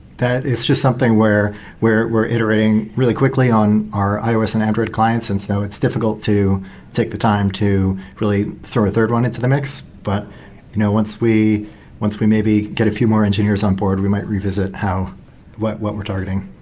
that is just something where where we're iterating really quickly on our ios and android clients, and so it's difficult to take the time to really throw a third one into the mix. but you know once we once we maybe get a few more engineers on board, we might revisit how what what we're targeting.